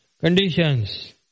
conditions